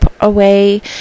away